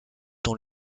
dont